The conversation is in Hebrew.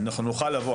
אנחנו נוכל לבוא,